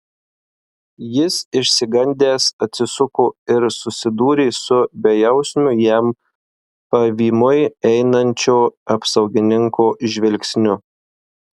jis išsigandęs atsisuko ir susidūrė su bejausmiu jam pavymui einančio apsaugininko žvilgsniu